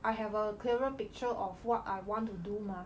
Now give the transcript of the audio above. I have a clearer picture of what I want to do mah